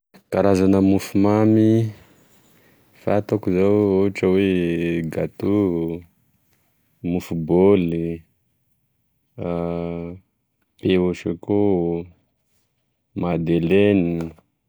Karazana mofomamy fantako zao ohatry oe gateau, mofo boly, pain au choco, madeleine.